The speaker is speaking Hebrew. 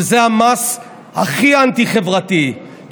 שזה המס הכי אנטי-חברתי,